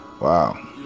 Wow